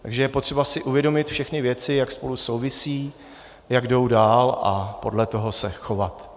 Takže je potřeba si uvědomit všechny věci, jak spolu souvisejí, jak jdou dál, a podle toho se chovat.